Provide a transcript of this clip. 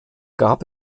gab